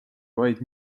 vaid